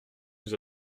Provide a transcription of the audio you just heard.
nous